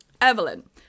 Evelyn